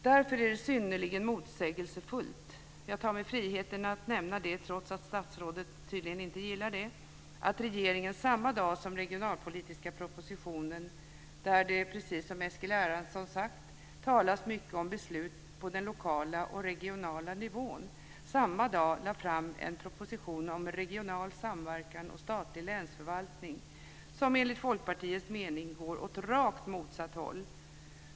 Därför är det synnerligen motsägelsefullt att regeringen - jag tar mig friheten att nämna det, trots att statsrådet tydligen inte gillar det - samma dag som man lade fram den regionalpolitiska propositionen - där det, precis som Eskil Erlandsson har sagt, talas mycket om beslut på den lokala och regionala nivån - lade fram en proposition om regional samverkan och statlig länsförvaltning, som enligt Folkpartiets mening går åt rakt motsatt håll.